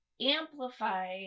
amplify